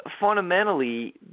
fundamentally